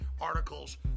articles